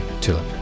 Tulip